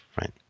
right